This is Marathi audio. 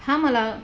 हा मला